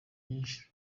nyinshi